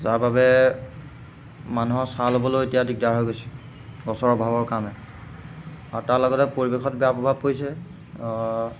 যাৰ বাবে মানুহৰ ছাঁ ল'বলৈ এতিয়া দিগদাৰ হৈ গৈছে গছৰ অভাৱৰ কাৰণে আৰু তাৰ লগতে পৰিৱেশত বেয়া প্ৰভাৱ পৰিছে